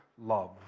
love